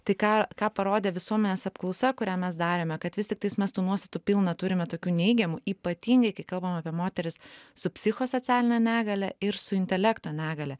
tai ką ką parodė visuomenės apklausa kurią mes darėme kad vis tiktais mes tų nuostatų pilna turime tokių neigiamų ypatingai kai kalbam apie moteris su psichosocialine negalia ir su intelekto negalia